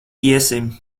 iesim